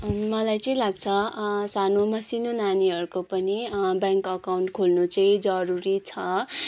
मलाई चाहिँ लाग्छ सानो मसिनो नानीहरूको पनि ब्याङ्क अकाउन्ट खोल्नु चाहिँ जरुरी छ